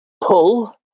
pull